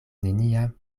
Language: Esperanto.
neniam